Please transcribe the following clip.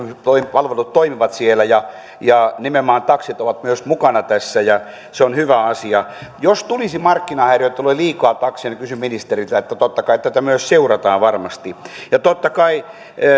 palvelut toimivat siellä ja ja nimenomaan taksit ovat myös mukana tässä ja se on hyvä asia jos tulisi markkinahäiriö että tulee liikaa takseja niin kysyn ministeriltä totta kai tätä myös seurataan varmasti ja totta kai